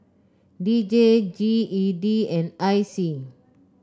D J G E D and I C